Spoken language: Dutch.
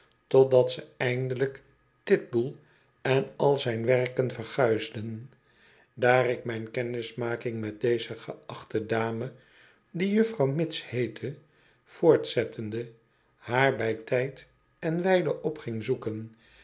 totdat ze eindelijk tiudl en al zijn werken verguisden daar ik mijn kennismaking met deze geachte dame die juffrouw mitts heette voortzettende haar bij tijd en wijle op ging zoeken